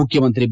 ಮುಖ್ಯಮಂತ್ರಿ ಬಿ